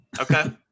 Okay